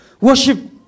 worship